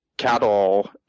cattle